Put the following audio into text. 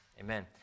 Amen